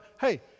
Hey